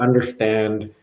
understand